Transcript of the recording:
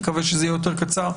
אני מקווה שזה יהיה יותר קצר.